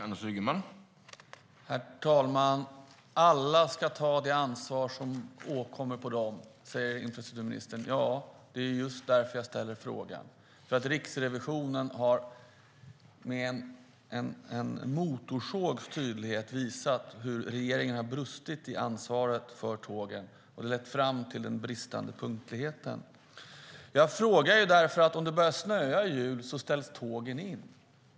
Herr talman! Alla ska ta det ansvar som ankommer på dem, säger infrastrukturministern. Ja, det är just därför jag ställer frågan. Riksrevisionen har med en motorsågs tydlighet visat hur regeringen har brustit i ansvaret för tågen och hur detta har lett fram till den bristande punktligheten. Jag frågar därför att om det börjar snöa i jul ställs tågen in.